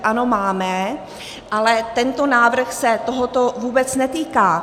Ano, máme, ale tento návrh se tohoto vůbec netýká.